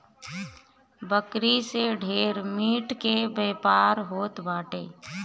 बकरी से ढेर मीट के व्यापार होत बाटे